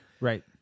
right